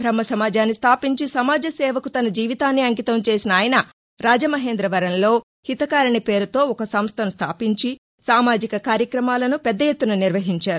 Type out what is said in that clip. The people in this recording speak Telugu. బహ్మ సమాజాన్ని స్దాపించి సమాజ సేవకు తన జీవితాన్ని అంకితం చేసిన ఆయన రాజమహేంద్రవరంలో హితకారిణి పేరుతో ఒక సంస్దను స్దొపించి సామాజిక కార్యక్రమాలను పెద్దఎత్తున నిర్వహించారు